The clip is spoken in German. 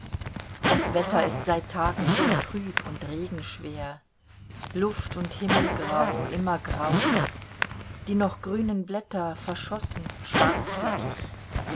das wetter ist seit tagen schon trüb und regenschwer luft und himmel grau immer grau die noch grünen blätter verschossen